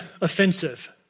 offensive